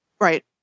Right